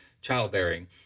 childbearing